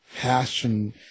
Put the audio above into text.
passion